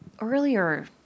earlier